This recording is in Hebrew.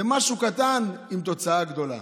זה משהו קטן עם תוצאה גדולה.